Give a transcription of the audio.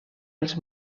els